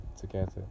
together